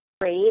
Great